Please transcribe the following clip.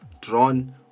drawn